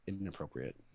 inappropriate